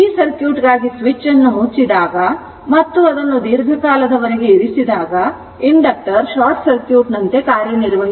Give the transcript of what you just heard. ಇದರರ್ಥ ಈ ಸರ್ಕ್ಯೂಟ್ಗಾಗಿ ಸ್ವಿಚ್ ಅನ್ನು ಮುಚ್ಚಿದಾಗ ಮತ್ತು ಅದನ್ನು ದೀರ್ಘಕಾಲದವರೆಗೆ ಇರಿಸಿದಾಗ ಇಂಡಕ್ಟರ್ ಶಾರ್ಟ್ ಸರ್ಕ್ಯೂಟ್ನಂತೆ ಕಾರ್ಯನಿರ್ವಹಿಸುತ್ತದೆ